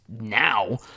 now